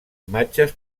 imatges